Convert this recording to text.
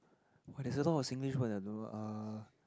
!wah! there's a lot of Singlish words that I don't know uh